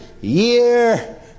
year